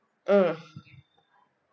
mm